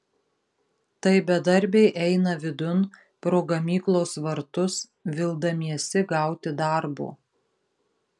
tai bedarbiai eina vidun pro gamyklos vartus vildamiesi gauti darbo